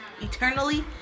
eternally